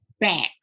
back